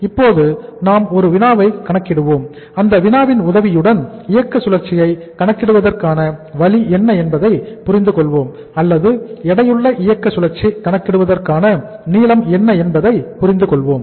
இப்போது நாம் ஒரு வினாவை கணக்கிடுவோம் அந்த வினாவின் உதவியுடன் இயக்க சுழற்சியை கணக்கிடுவதற்கான வழி என்ன என்பதை புரிந்து கொள்வோம் அல்லது எடையுள்ள இயற்கை சுழற்சி கணக்கிடுவதற்கான நீளம் என்ன என்பதை புரிந்து கொள்வோம்